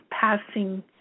passing